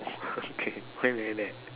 okay why like that